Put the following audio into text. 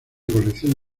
colección